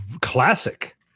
Classic